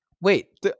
Wait